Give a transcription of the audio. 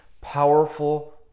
powerful